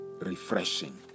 refreshing